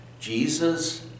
Jesus